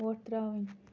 وۄٹھ ترٛاوٕنۍ